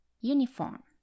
Uniform